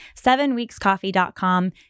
Sevenweekscoffee.com